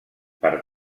per